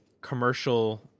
commercial